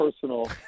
personal